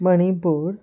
Manipur